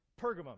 Pergamum